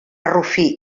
rufí